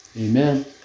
Amen